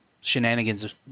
shenanigans